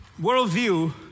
worldview